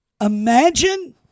Imagine